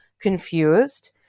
confused